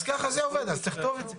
אם ככה זה עובד אז תכתוב את זה.